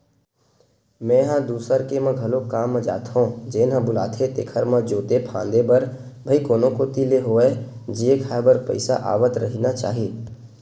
मेंहा दूसर के म घलोक काम म जाथो जेन ह बुलाथे तेखर म जोते फांदे बर भई कोनो कोती ले होवय जीए खांए बर पइसा आवत रहिना चाही